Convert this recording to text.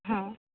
हां